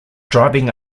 driving